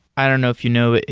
i don't know if you know,